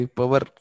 power